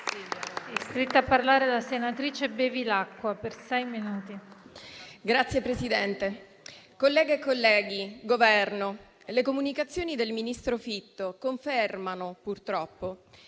Signor Presidente, colleghe e colleghi, Governo, le comunicazioni del ministro Fitto confermavano purtroppo